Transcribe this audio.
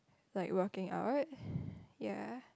like working out ya